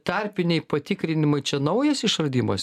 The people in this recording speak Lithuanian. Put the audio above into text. tarpiniai patikrinimai čia naujas išradimas